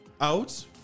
out